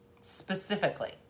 specifically